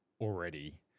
already –